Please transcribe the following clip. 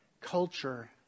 culture